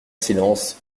silence